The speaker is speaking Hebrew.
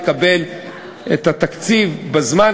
שלנו גם להקפיד על כך שלא נחטיא ולא נחטא.